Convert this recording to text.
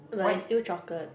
but it's still chocolate